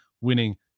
winning